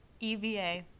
EVA